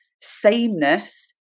sameness